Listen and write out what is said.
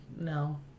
no